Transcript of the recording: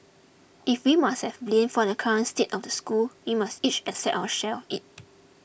if we must have blame for the current state of the school we must each accept our share of it